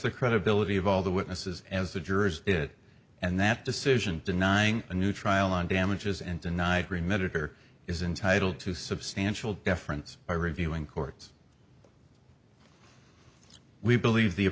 the credibility of all the witnesses as the jurors it and that decision denying a new trial on damages and denied remitted or is entitle to substantial difference by reviewing courts we believe the